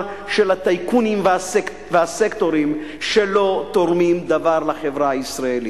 של הטייקונים והסקטורים שלא תורמים דבר לחברה הישראלית.